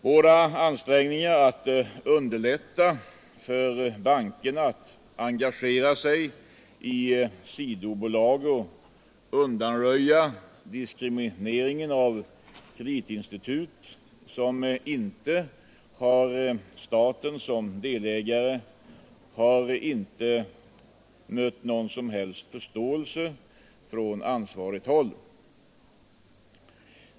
Våra ansträngningar att underlätta för bankerna att engagera sig i sidobolag och undanröja diskrimineringen av kreditinstitut som inte har staten som delägare har inte mött någon som helst förståelse från ansvarigt håll.